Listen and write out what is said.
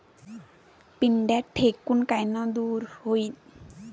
पिढ्या ढेकूण कायनं दूर होईन?